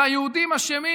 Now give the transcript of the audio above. והיהודים אשמים?